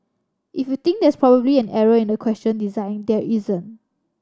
if you think there's probably an error in the question design there isn't